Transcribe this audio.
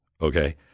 Okay